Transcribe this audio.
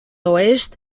oest